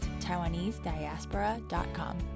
TaiwaneseDiaspora.com